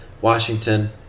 Washington